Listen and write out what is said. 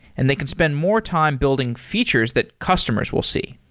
and they can spend more time building features that customers will see.